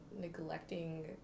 neglecting